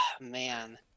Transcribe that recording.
Man